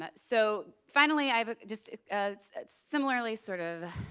but so finally, i've just similarly sort of,